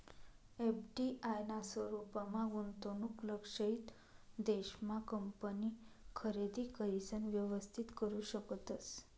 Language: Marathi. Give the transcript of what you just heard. एफ.डी.आय ना स्वरूपमा गुंतवणूक लक्षयित देश मा कंपनी खरेदी करिसन व्यवस्थित करू शकतस